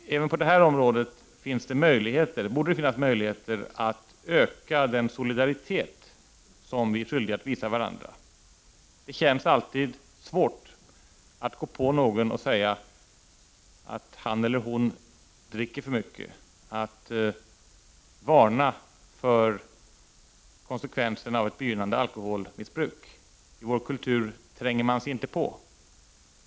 Även på detta område borde det finnas möjligheter att öka den solidaritet som vi är skyldiga att visa varandra. Det känns alltid svårt att gå på någon och säga att han eller hon dricker för mycket, att varna för konsekvenserna av ett begynnande alkoholmissbruk. I vår kultur tränger man sig inte på.